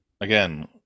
again